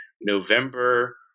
November